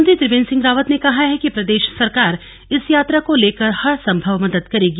मुख्यमंत्री त्रिवेंद्र सिंह रावत ने कहा है कि प्रदेश सरकार इस यात्रा को लेकर हर संभव मदद करेगी